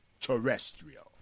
terrestrial